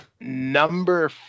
Number